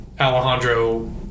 Alejandro